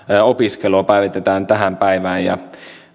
opiskelua päivitetään tähän päivään ja